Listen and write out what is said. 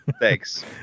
Thanks